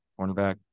cornerback